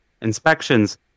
Inspections